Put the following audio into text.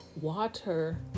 Water